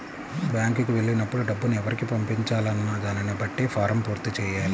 బ్యేంకుకి వెళ్ళినప్పుడు డబ్బుని ఎవరికి పంపించాలి అన్న దానిని బట్టే ఫారమ్ పూర్తి చెయ్యాలి